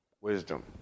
wisdom